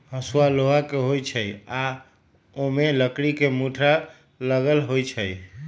हसुआ लोहा के होई छई आ ओमे लकड़ी के मुठरा लगल होई छई